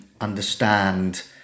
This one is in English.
understand